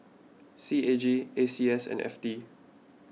C A G A C S and F T